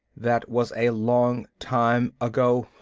that was a long time ago.